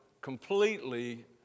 completely